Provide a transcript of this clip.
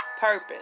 purpose